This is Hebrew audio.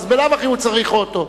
בלאו הכי הוא צריך אוטו.